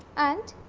and